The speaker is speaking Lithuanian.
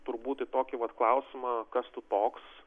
turbūt į tokį vat klausimą kas tu toks